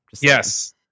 yes